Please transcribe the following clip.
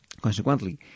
Consequently